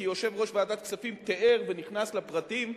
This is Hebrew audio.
כי יושב-ראש ועדת הכספים תיאר ונכנס לפרטים,